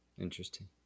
interesting